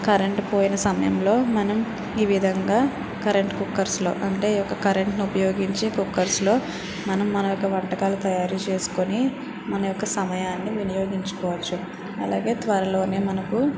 current పోయిన సమయంలో మనం ఈ విధంగా కరెంట్ కుక్కర్స్లో అంటే కరెంట్ని ఉపయోగించే కుక్కర్స్లో మనం మన యొక వంటకాలను తయారు చేసుకొని మన యొక్క సమయాన్ని వినియోగించుకోవచ్చు అలాగే త్వరలోనే మనకు